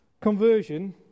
conversion